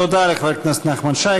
תודה לחבר הכנסת נחמן שי.